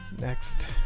next